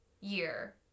year